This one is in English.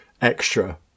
extra